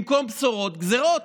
במקום בשורות, גזרות.